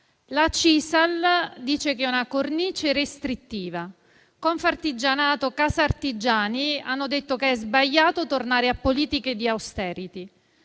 La CISAL dice che è una cornice restrittiva. Confartigianato e Casartigiani hanno detto che è sbagliato tornare a politiche di *austerity*.